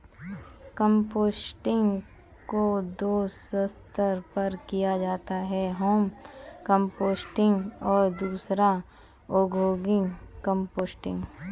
composting को दो स्तर पर किया जाता है होम कंपोस्टिंग और दूसरा औद्योगिक कंपोस्टिंग